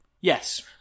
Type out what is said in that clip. Yes